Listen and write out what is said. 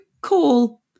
call